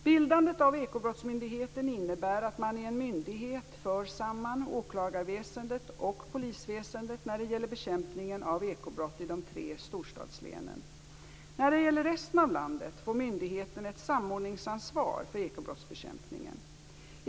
Bildandet av Ekobrottsmyndigheten innebär att man i en myndighet för samman åklagarväsendet och polisväsendet när det gäller bekämpningen av ekobrott i de tre storstadslänen. När det gäller resten av landet får myndigheten ett samordningsansvar för ekobrottsbekämpningen.